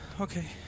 Okay